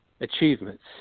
achievements